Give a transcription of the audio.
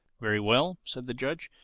very well, said the judge,